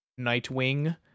Nightwing